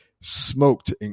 smoked